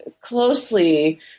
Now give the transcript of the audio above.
closely